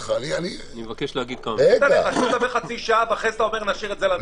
אתה מדבר חצי שעה ואז מבקש שנשאיר את זה למליאה?